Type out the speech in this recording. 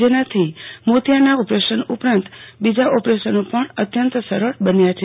જેનાથી મોતિયાના ઓપરશન ઉપરાંત બીજા ઓપરેશનો પણ અત્યંત સરળ બન્યા છે